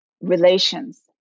relations